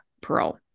parole